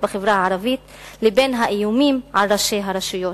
בחברה הערבית לבין האיומים על ראשי הרשויות,